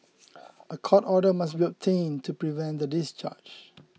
a court order must be obtained to prevent the discharge